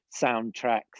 soundtracks